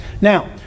Now